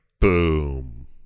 boom